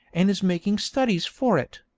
and is making studies for it.